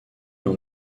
dans